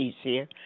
easier